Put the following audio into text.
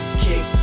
kick